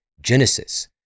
genesis